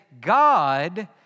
God